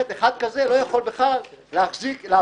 מצד אחד אומרת הלשכה: רק מי שחבר לשכת